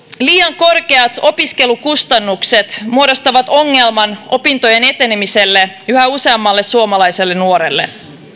liian korkeat opiskelukustannukset muodostavat ongelman opintojen etenemiselle yhä useammalle suomalaiselle nuorelle